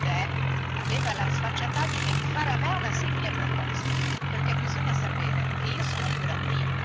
eh avere la sfacciataggine di fare a me una simile proposta perché bisogna sapere che io sono un burattino